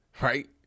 right